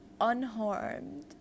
unharmed